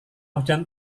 hujan